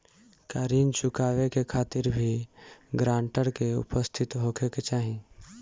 का ऋण चुकावे के खातिर भी ग्रानटर के उपस्थित होखे के चाही?